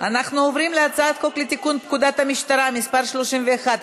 אנחנו עוברים להצעת חוק לתיקון פקודת המשטרה (מס' 31),